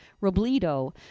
Robledo